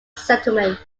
settlement